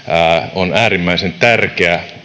on äärimmäisen tärkeä